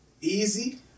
easy